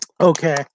Okay